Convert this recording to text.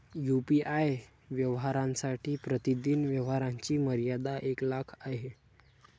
UPI व्यवहारांसाठी प्रतिदिन व्यवहारांची मर्यादा एक लाख आहे